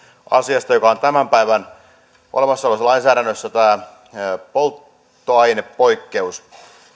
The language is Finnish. asiasta joka on tämän päivän voimassa olevassa lainsäädännössä tämä polttoainepoikkeus